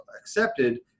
accepted